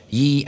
ye